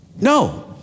no